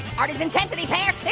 art is intensity, pear.